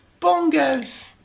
bongos